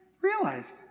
realized